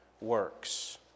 works